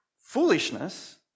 foolishness